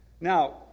Now